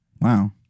Wow